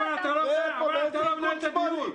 אבל אתה לא מנהל את הדיון.